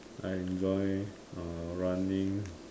I enjoy uh running